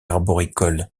arboricole